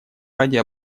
ради